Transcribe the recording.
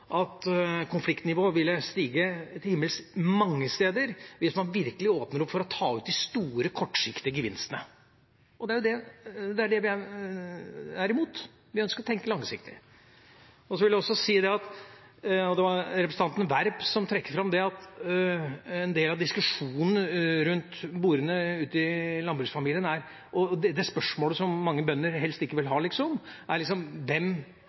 at konfliktnivået ville stige til himmels mange steder hvis man virkelig åpnet opp for å ta ut de store, kortsiktige gevinstene. Det er det vi er imot. Vi ønsker å tenke langsiktig. Jeg vil også si til det som representanten Werp trakk fram, at en del av diskusjonen rundt bordene ute i landbruksfamiliene og det spørsmålet som mange bønder helst ikke vil ha, er